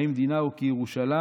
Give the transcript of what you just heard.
האם דינה הוא כירושלים,